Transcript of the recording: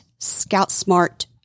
ScoutSmart